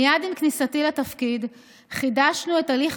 מייד עם כניסתי לתפקיד חידשנו את הליך